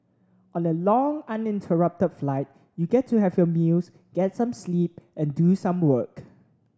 on a long uninterrupted flight you get to have your meals get some sleep and do some work